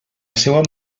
seua